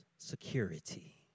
Security